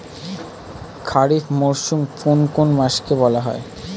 খারিফ মরশুম কোন কোন মাসকে বলা হয়?